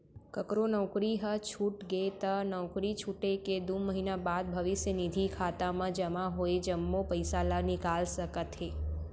ककरो नउकरी ह छूट गे त नउकरी छूटे के दू महिना बाद भविस्य निधि खाता म जमा होय जम्मो पइसा ल निकाल सकत हे